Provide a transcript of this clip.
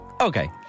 okay